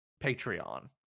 Patreon